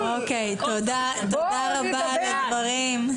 אוקיי, תודה רבה על הדברים.